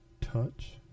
Touch